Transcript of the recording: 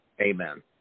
Amen